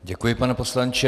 Děkuji, pane poslanče.